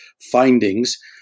findings